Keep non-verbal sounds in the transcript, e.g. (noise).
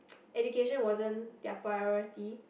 (noise) education wasn't their priority